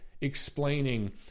explaining